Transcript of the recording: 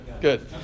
Good